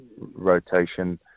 rotation